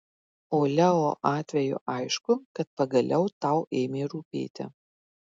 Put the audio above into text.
o leo atveju aišku kad pagaliau tau ėmė rūpėti